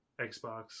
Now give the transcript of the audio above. Xbox